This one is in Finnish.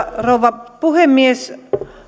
rouva puhemies